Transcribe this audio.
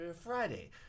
Friday